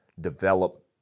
develop